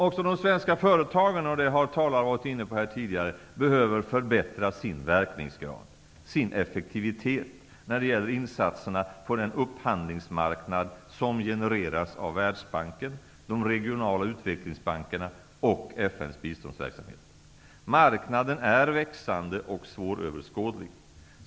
Också de svenska företagen, vilket även andra talare tidigare varit inne på, behöver förbättra sin verkningsgrad, sin effektivitet när det gäller insatser på den upphandlingsmarknad som genereras av Världsbanken, de regionala utvecklingsbankerna och FN:s biståndsverksamhet. Marknaden är växande och svåröverskådlig.